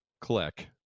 click